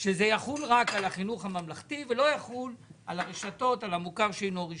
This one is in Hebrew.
שזה יחול רק על החינוך הממלכתי ולא יחול על הרשתות על המוכר שאינו רשמי.